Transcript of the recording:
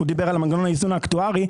הוא דיבר על מנגנון האיזון האקטוארי.